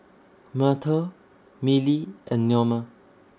Myrtle Millie and Neoma